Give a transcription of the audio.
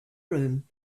room